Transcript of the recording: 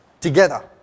together